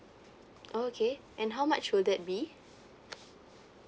okay and how much will that be